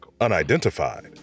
unidentified